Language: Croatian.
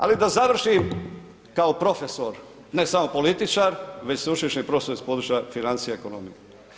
Ali da završim kao profesor, ne samo političar već sveučilišni profesor iz područja financija i ekonomije.